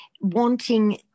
wanting